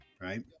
right